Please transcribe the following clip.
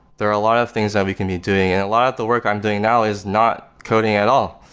there are a lot of things that we can be doing. and a lot of the work i'm doing now is not coding at all.